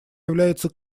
является